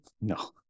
No